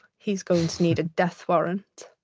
he's going to need a death warrant.